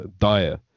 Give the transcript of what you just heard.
dire